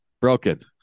Broken